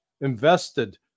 invested